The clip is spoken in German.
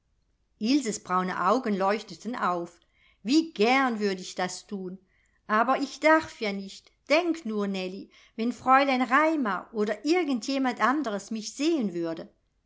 ilses braune augen leuchteten auf wie gern würde ich das thun aber ich darf ja nicht denk nur nellie wenn fräulein raimar oder irgend jemand anderes mich sehen würde